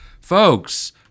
Folks